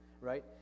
right